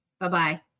Bye-bye